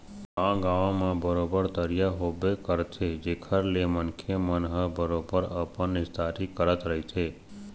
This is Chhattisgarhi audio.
गाँव गाँव म बरोबर तरिया होबे करथे जेखर ले मनखे मन ह बरोबर अपन निस्तारी करत रहिथे